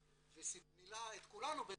מילא את כולנו בגאווה,